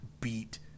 beat